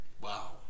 Wow